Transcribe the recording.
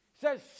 says